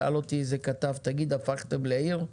שאל אותי איזה כתב האם הפכנו לעיר?